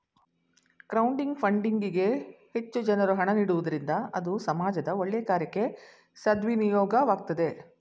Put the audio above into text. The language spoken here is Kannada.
ಕ್ರೌಡಿಂಗ್ ಫಂಡ್ಇಂಗ್ ಗೆ ಹೆಚ್ಚು ಜನರು ಹಣ ನೀಡುವುದರಿಂದ ಅದು ಸಮಾಜದ ಒಳ್ಳೆಯ ಕಾರ್ಯಕ್ಕೆ ಸದ್ವಿನಿಯೋಗವಾಗ್ತದೆ